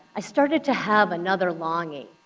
i started to have another longing.